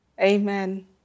amen